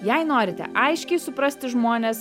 jei norite aiškiai suprasti žmones